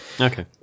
Okay